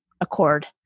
accord